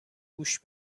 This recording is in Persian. گوش